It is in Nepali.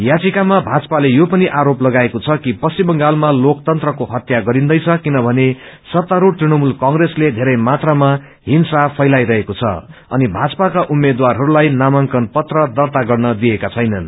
याचिकामा भाजपाले यो पनि आरोल लगाएको छ कि पश्चिम बंगालमा लोकतन्त्रको हत्या गरिन्दैछ किनभने सत्तारूढ़ तृणमूल कंग्रेसले धेरै मात्रामा हिंसा फैलाई रहेको छ अनि भाजपाका उम्मेद्वारहरूलाई नामांकन पत्र दर्ता गर्न दिएका छैनन्